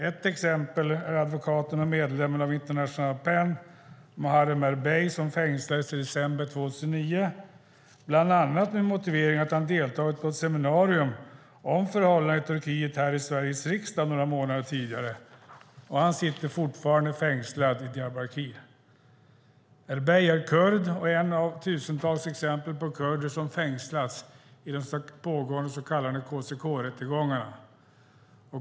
Ett exempel är advokaten och medlemmen av Internationella PEN, Muharrem Erbey, som fängslades i december 2009 bland annat med motiveringen att han deltagit på ett seminarium om förhållandena i Turkiet här i Sveriges riksdag några månader tidigare. Han sitter fortfarande fängslad i Diyarbakir. Erbey är kurd och ett av tusentals exempel på kurder som fängslats i de pågående så kallade KCK-rättegångarna.